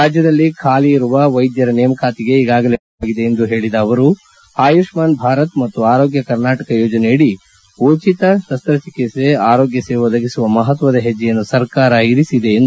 ರಾಜ್ಯದಲ್ಲಿ ಖಾಲಿ ಇರುವ ವೈದ್ಯರ ನೇಮಕಾತಿಗೆ ಈಗಾಗಲೇ ಪ್ರಕ್ರಿಯೆ ಆರಂಭವಾಗಿದೆ ಎಂದ ಹೇಳಿದ ಅವರು ಆಯುಷ್ಮನ್ ಭಾರತ್ ಮತ್ತು ಆರೋಗ್ಯ ಕರ್ನಾಟಕ ಯೋಜನೆಯಡಿ ಉಚಿತ ಶಸ್ತ ಚಿಕಿತ್ಸೆ ಆರೋಗ್ಯ ಸೇವೆ ಒದಗಿಸುವ ಮಹತ್ವದ ಹೆಜ್ವೆಯನ್ನು ಸರ್ಕಾರ ಇರಿಸಿದೆ ಎಂದು ತಿಳಿಸಿದರು